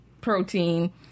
protein